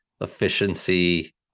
efficiency